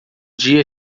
dia